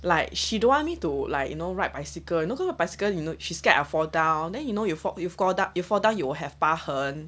like she don't want me to like you know ride bicycle you know cause bicycle you know she's scared I fall down then you know you fal~ you fall down you fall down you will have 疤痕